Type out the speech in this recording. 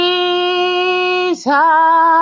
Jesus